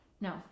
No